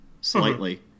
slightly